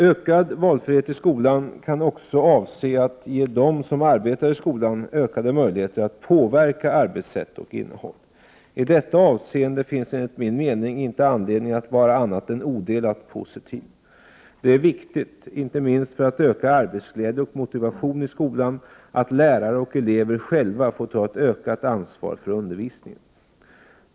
Ökad valfrihet i skolan kan också avse att ge dem som arbetar i skolan ökade möjligheter att påverka arbetssätt och innehåll. I detta avseende finns det enligt min mening inte anledning att vara annat än odelat positiv. Det är viktigt, inte minst för att öka arbetsglädje och motivation i skolan, att lärare och elever själva får ta ett ökat ansvar för undervisningen.